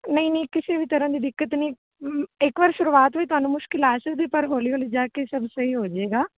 ਨਹੀਂ ਨਹੀਂ ਕਿਸੇ ਵੀ ਤਰ੍ਹਾਂ ਦੀ ਦਿੱਕਤ ਨਹੀਂ ਇੱਕ ਵਾਰ ਸ਼ੁਰੂਆਤ ਵਿੱਚ ਤੁਹਾਨੂੰ ਮੁਸ਼ਕਿਲ ਆ ਸਕਦੀ ਪਰ ਹੌਲੀ ਹੌਲੀ ਜਾ ਕੇ ਸਭ ਸਹੀ ਹੋ ਜੇਗਾ